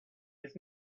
his